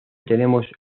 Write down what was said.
tenemos